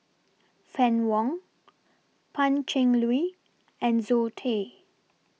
Fann Wong Pan Cheng Lui and Zoe Tay